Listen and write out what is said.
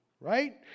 right